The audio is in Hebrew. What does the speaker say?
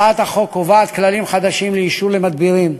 הצעת החוק קובעת כללים חדשים לאישור מדבירים,